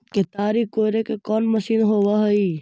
केताड़ी कोड़े के कोन मशीन होब हइ?